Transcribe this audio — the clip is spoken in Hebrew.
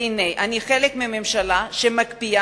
והנה אני חלק מממשלה שמקפיאה